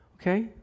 okay